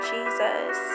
Jesus